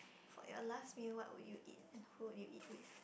for your last meal what would you eat and who you eat with